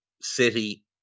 City